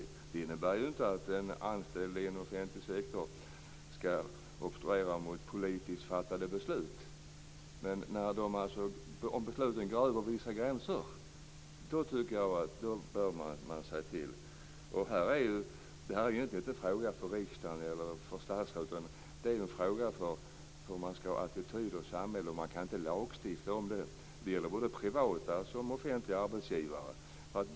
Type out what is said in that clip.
Det innebär inte att en anställd inom den offentliga sektorn skall obstruera mot politiskt fattade beslut. Men om besluten går över vissa gränser tycker jag att man bör säga till. Detta är egentligen inte en fråga för riksdagen eller för statsrådet. Det handlar om attityderna i samhället, och man kan inte lagstifta om det. Det gäller både privata och offentliga arbetsgivare.